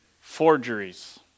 forgeries